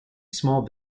small